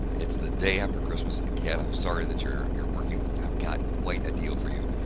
it's the day after christmas. again, i'm sorry that you're you're working i've got quite a deal for you.